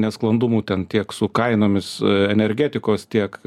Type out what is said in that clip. nesklandumų ten tiek su kainomis energetikos tiek